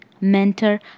mentor